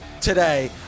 today